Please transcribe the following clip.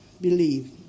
believe